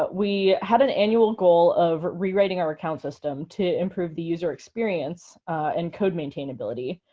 but we had an annual goal of rewriting our account system to improve the user experience and code maintainability.